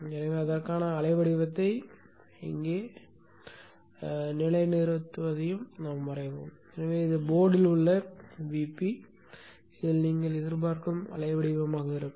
எனவே அதற்கான அலைவடிவத்தையும் அதை இங்கே நிலைநிறுத்துவதையும் வரைவோம் எனவே இது போர்ட்டில் உள்ள Vp இல் நீங்கள் எதிர்பார்க்கும் அலை வடிவமாக இருக்கும்